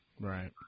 Right